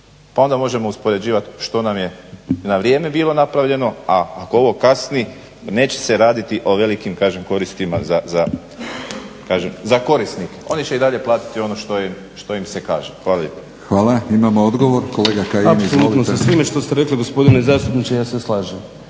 pa onda možemo uspoređivati što nam je na vrijeme bilo napravljeno, a ako ovo kasni neće se raditi o velikim kažem koristima za, kažem za korisnike. Oni će i dalje platiti ono što im se kaže. Hvala. **Batinić, Milorad (HNS)** Hvala. Imamo odgovor, kolega Kajin. Izvolite. **Kajin, Damir (IDS)** Apsolutno sa svime što ste rekli gospodine zastupniče ja se slažem.